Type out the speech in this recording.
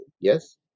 yes